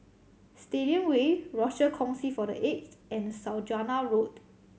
Stadium Way Rochor Kongsi for The Aged and Saujana Road